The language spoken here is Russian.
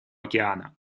океана